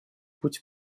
путь